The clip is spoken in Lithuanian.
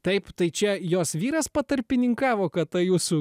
taip tai čia jos vyras patarpininkavo kad ta jūsų